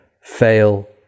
fail